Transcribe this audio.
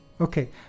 Okay